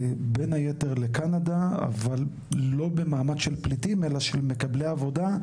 בין היתר לקנדה אבל לא במעמד של פליטים אלא של מקבלי עבודה,